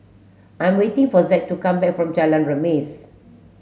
I am waiting for Zack to come back from Jalan Remis